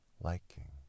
liking